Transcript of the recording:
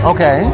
Okay